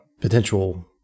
potential